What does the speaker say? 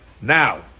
Now